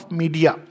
media